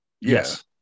yes